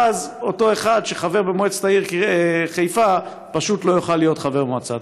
ואז אותו אחד שחבר במועצת העיר חיפה פשוט לא יוכל להיות חבר מועצה.